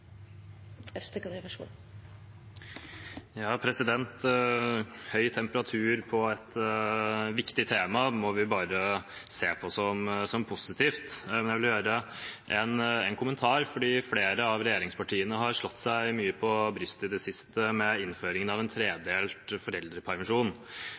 Høy temperatur om et viktig tema må vi bare se på som positivt. Men jeg vil ha en kommentar, for flere av regjeringspartiene har slått seg mye på brystet i det siste med innføringen av